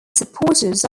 supporters